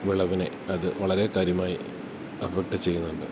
വിളവിനെ അതു വളരെ കാര്യമായി അഫക്റ്റ് ചെയ്യുന്നുണ്ട്